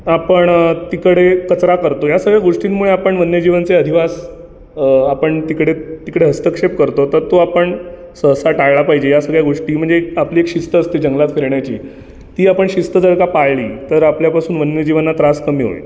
आपण तिकडे कचरा करतो या सगळ्या गोष्टींमुळे आपण वन्य जीवांचे अधिवास आपण तिकडे तिकडे हस्तक्षेप करतो तर तो आपण सहसा टाळला पाहिजे या सगळ्या गोष्टी म्हणजे आपली एक शिस्त असते जंगलात फिरण्याची ती आपण शिस्त जर का पाळली तर आपल्यापासून वन्य जीवांना त्रास कमी होईल